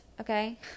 Okay